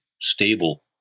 stable